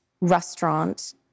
restaurant